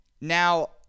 Now